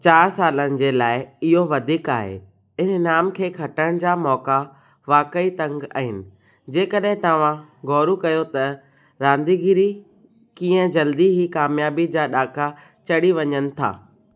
चार सालनि जे लाइ इहो वधीक आहे हिन इनाम खे खटण जा मौक़ा वाक़ई तंगु आहिनि जेकॾहिं तव्हां ग़ौरु कयो त रांदीगिरी कीअं जल्दी ई कामयाबी जा ॾाका चढ़ी वञनि था